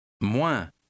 Moins